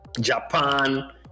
japan